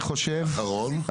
דבר אחרון.